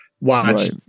watch